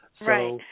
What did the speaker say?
Right